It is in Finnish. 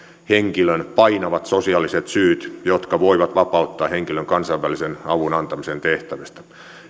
henkilön painavat sosiaaliset syyt jotka voivat vapauttaa henkilön kansainvälisen avun antamisen tehtävästä